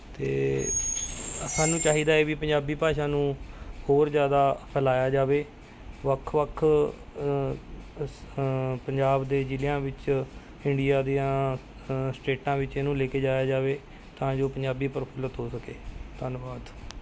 ਅਤੇ ਸਾਨੂੰ ਚਾਹੀਦਾ ਹੈ ਵੀ ਪੰਜਾਬੀ ਭਾਸ਼ਾ ਨੂੰ ਹੋਰ ਜ਼ਿਆਦਾ ਫੈਲਾਇਆ ਜਾਵੇ ਵੱਖ ਵੱਖ ਸ ਪੰਜਾਬ ਦੇ ਜ਼ਿਲ੍ਹਿਆਂ ਵਿੱਚ ਇੰਡੀਆ ਦੀਆਂ ਸਟੇਟਾਂ ਵਿੱਚ ਇਹਨੂੰ ਲੈਕੇ ਜਾਇਆ ਜਾਵੇ ਤਾਂ ਜੋ ਪੰਜਾਬੀ ਪ੍ਰਫੁੱਲਿਤ ਹੋ ਸਕੇ ਧੰਨਵਾਦ